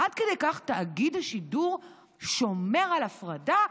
תאגיד השידור שומר על הפרדה?